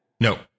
No